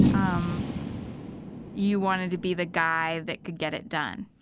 um you wanted to be the guy that could get it done.